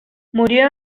murió